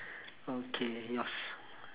okay yours